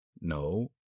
No